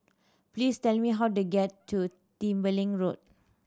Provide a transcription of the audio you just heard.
please tell me how to get to Tembeling Road